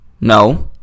No